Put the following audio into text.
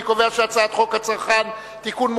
אני קובע שהצעת חוק הגנת הצרכן (תיקון,